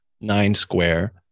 nine-square